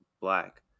black